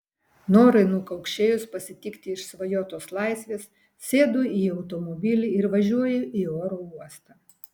norai nukaukšėjus pasitikti išsvajotos laisvės sėdu į automobilį ir važiuoju į oro uostą